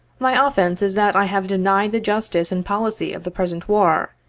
my offence is that i have denied the justice and policy of the present war,